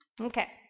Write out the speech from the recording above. Okay